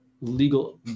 legal